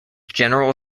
general